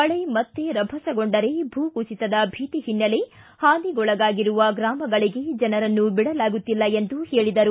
ಮಳೆ ಮತ್ತೆ ರಭಸಗೊಂಡರೆ ಭೂಕುಸಿತದ ಭೀತಿ ಹಿನ್ನೆಲೆ ಹಾನಿಗೊಳಗಾಗಿರುವ ಗ್ರಾಮಗಳಿಗೆ ಜನರನ್ನು ಬಿಡಲಾಗುತ್ತಿಲ್ಲ ಎಂದು ಹೇಳಿದರು